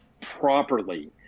properly